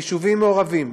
יישובים מעורבים,